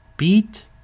beat